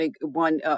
one